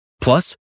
Plus